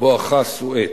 בואכה סואץ.